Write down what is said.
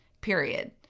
period